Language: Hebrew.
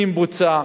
אם בוצע,